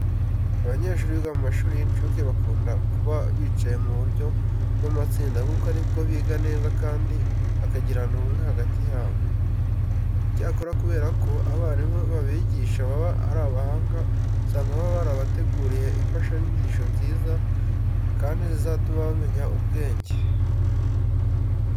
Abanyeshuri biga mu mashuri y'incuke bakunda kuba bicaye mu buryo bw'amatsinda kuko ari bwo biga neza kandi bakagirana ubumwe hagati yabo. Icyakora kubera ko abarimu babigisha baba ari abahanga usanga baba barabateguriye imfashanyigisho nziza kandi zituma bamenya ubwenge.